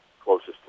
closest